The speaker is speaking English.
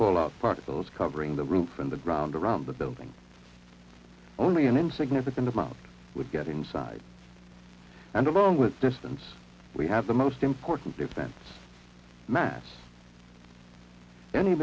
fallout particles covering the roof and the ground around the building only an insignificant amount would get inside and along with distance we have the most important defense mass any